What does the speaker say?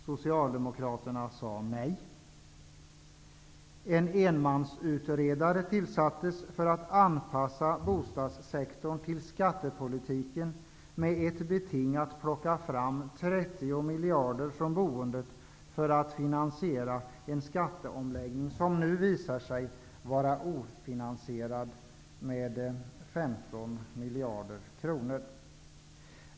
Socialdemokraterna sade nej. En enmansutredare tillsattes för att anpassa bostadssektorn till skattepolitiken med ett beting att plocka fram 30 miljarder från boendet för att finansiera en skatteomläggning som nu visar sig vara underfinansierad med 15 miljarder kronor.